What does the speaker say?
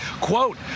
Quote